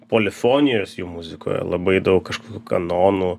polifonijos jų muzikoje labai daug kažkokių kanonų